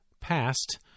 past